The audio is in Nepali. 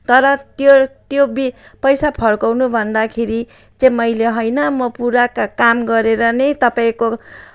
तर त्यो त्यो बि पैसा फर्काउनु भन्दाखेरि चाहिँ मैले होइन म पुरा काम गरेर नै तपाईँको